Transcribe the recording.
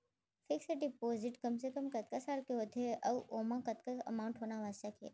Fix deposit कम से कम कतका साल के होथे ऊ ओमा कतका अमाउंट होना आवश्यक हे?